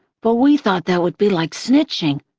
but we thought that would be like snitching.